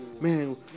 Man